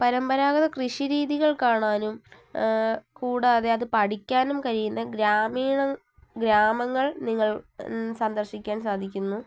പരമ്പരാഗത കൃഷി രീതികൾ കാണാനും കൂടാതെ അതു പഠിക്കാനും കഴിയുന്ന ഗ്രാമീണ ഗ്രാമങ്ങൾ നിങ്ങൾ സന്ദർശിക്കാൻ സാധിക്കുന്നു